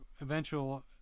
eventual